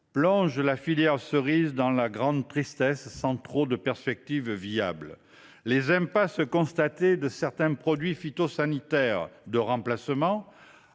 plongent la filière cerise dans une grande détresse sans trop de perspectives viables. L’inefficacité constatée de certains produits phytosanitaires de remplacement